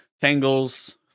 tangles